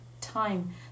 time